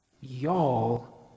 Y'all